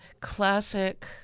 classic